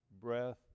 breath